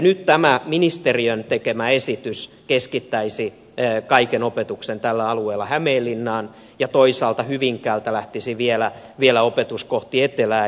nyt tämä ministeriön tekemä esitys keskittäisi kaiken opetuksen tällä alueella hämeenlinnaan ja toisaalta hyvinkäältä lähtisi vielä opetus kohti etelää